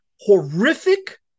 horrific